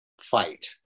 fight